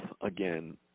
again